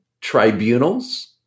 tribunals